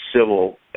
civil